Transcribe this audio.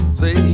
say